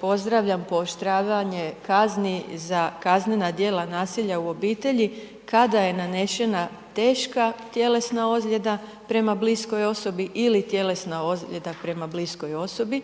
pozdravljam pooštravanje kazni za kaznena djela nasilja u obitelji kada je nanešena teška tjelesna ozljeda prema bliskoj osobi ili tjelesna ozljeda prema bliskoj osobi